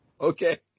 Okay